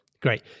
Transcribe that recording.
Great